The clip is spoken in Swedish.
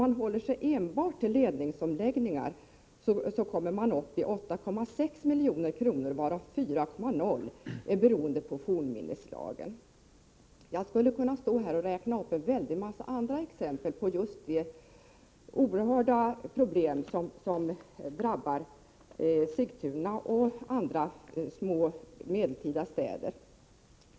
Kostnaderna för enbart ledningsomläggningar har beräknats till 8,6 milj.kr., varav 4,0 milj.kr. är kostnader på grund av fornminneslagen. Jag skulle kunna räkna upp en mängd andra exempel på hur oerhört stora de problem är som drabbar Sigtuna och andra små, medeltida städer.